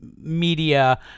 media